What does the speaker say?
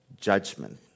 judgment